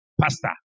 pastor